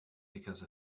because